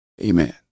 Amen